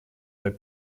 the